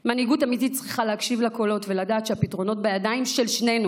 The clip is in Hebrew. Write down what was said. מנהיגות אמיתית צריכה להקשיב לקולות ולדעת שהפתרונות בידיים של שנינו.